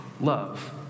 Love